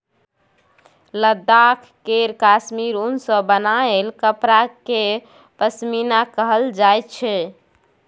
लद्दाख केर काश्मीर उन सँ बनाएल कपड़ा केँ पश्मीना कहल जाइ छै